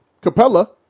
Capella